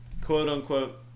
quote-unquote